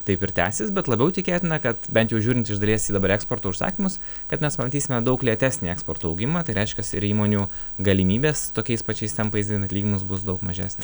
taip ir tęsis bet labiau tikėtina kad bent jau žiūrint iš dalies į dabar eksporto užsakymus kad mes pamatysime daug lėtesnį eksporto augimą tai reiškias ir įmonių galimybės tokiais pačiais tempais didint atlyginimus bus daug mažesnė